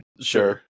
Sure